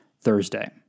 Thursday